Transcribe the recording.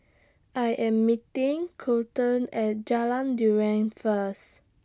I Am meeting Kolten At Jalan Durian First